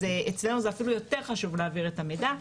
אז אצלנו זה אפילו יותר חשוב להעביר את המידע.